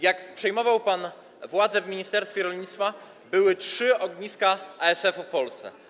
Jak przejmował pan władzę w ministerstwie rolnictwa, były 3 ogniska ASF w Polsce.